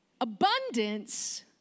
abundance